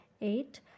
Eight